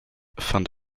fand